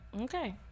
Okay